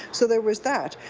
so there was that.